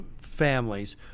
families